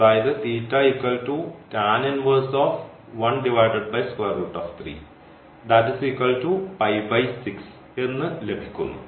അതിൽനിന്ന് അതായത് എന്നു ലഭിക്കുന്നു